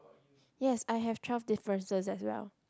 yes I have twelve differences as well